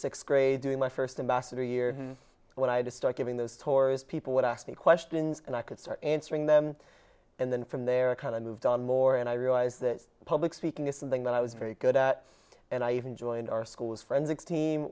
sixth grade doing my first embassador year when i had to start giving those tours people would ask me questions and i could start answering them and then from there kind of moved on more and i realized that public speaking is something that i was very good at and i even joined our school's forensics team